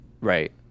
right